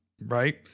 Right